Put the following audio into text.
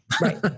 right